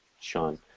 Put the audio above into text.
Sean